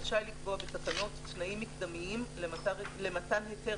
רשאי לקבוע בתקנות תנאים מקדמיים למתן היתר